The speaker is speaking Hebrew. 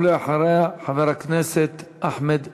ואחריה, חבר הכנסת אחמד טיבי.